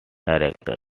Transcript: directors